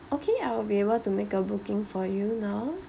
okay I will be able to make a booking for you now